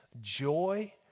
joy